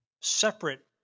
Separate